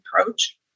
approach